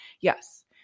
yes